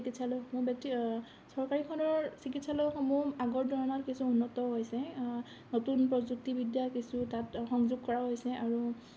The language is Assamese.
চিকিৎসালয় চৰকাৰীখণ্ডৰ চিকিৎসালয়সমূহ আগৰ তুলনাত কিছু উন্নত হৈছে নতুন প্ৰযুক্তিবিদ্যা কিছু তাত সংযোগ কৰা হৈছে আৰু